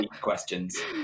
questions